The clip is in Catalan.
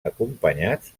acompanyats